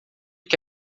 que